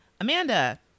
amanda